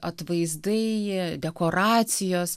atvaizdai dekoracijos